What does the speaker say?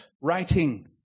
writing